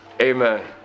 Amen